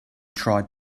tried